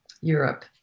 Europe